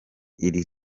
iri